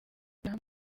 jean